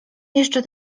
jeszcze